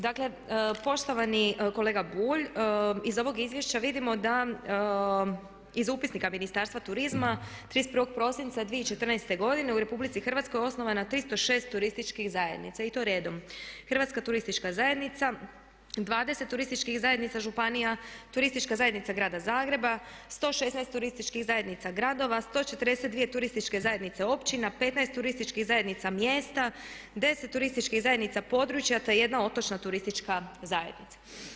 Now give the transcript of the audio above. Dakle, poštovani kolega Bulj, iz ovog izvješća vidimo da, iz upisnika Ministarstva turizma, 31.prosinca 2014. godine u RH je osnovana 316 turističkih zajednica i to redom, Hrvatska turistička zajednica, 20 turističkih zajednica županija, Turistička zajednica grada Zagreba, 116 turističkih zajednica gradova, 142 turističke zajednice općina, 15 turističkih zajednica mjesta, 10 turističkih zajednica područja te jedna otočna turistička zajednica.